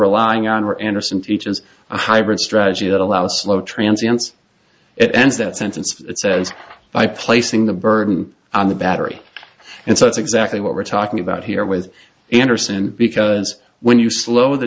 relying on where anderson teaches a hybrid strategy that allows low transients it ends that sentence by placing the burden on the battery and so it's exactly what we're talking about here with anderson because when you slow the